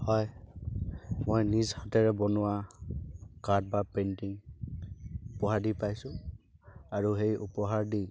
হয় মই নিজ হাতেৰে বনোৱা কাৰ্ড বা পেইণ্টিং উপহাৰ দি পাইছোঁ আৰু সেই উপহাৰ দি